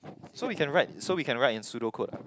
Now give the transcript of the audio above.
so we can write so we can write in pseudo code ah